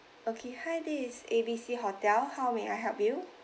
okay hi this is A B C hotel how may I help you